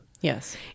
Yes